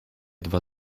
dwa